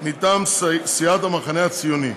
מטעם סיעת המחנה הציוני,